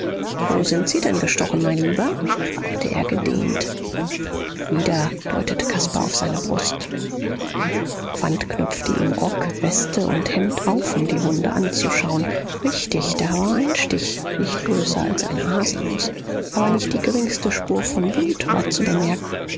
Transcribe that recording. wo sind sie denn gestochen mein lieber fragte er gedehnt wieder deutete caspar auf seine brust quandt knöpfte ihm rock weste und hemd auf um die wunde anzuschauen richtig da war ein stich nicht größer als eine haselnuß aber nicht die geringste spur von blut war zu bemerken